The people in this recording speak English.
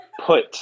put